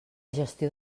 gestió